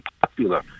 popular